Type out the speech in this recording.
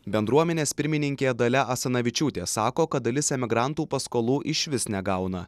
bendruomenės pirmininkė dalia asanavičiūtė sako kad dalis emigrantų paskolų išvis negauna